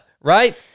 Right